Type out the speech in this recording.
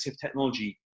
technology